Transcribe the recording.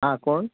हां कोण